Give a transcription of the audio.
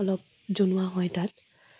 অলপ জনোৱা হয় তাত